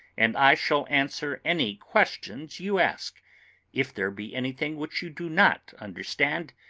and i shall answer any questions you ask if there be anything which you do not understand,